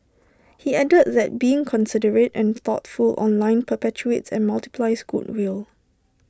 he added that being considerate and thoughtful online perpetuates and multiples goodwill